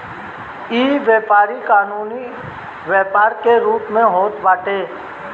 इ व्यापारी कानूनी व्यापार के रूप में होत बाटे